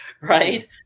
right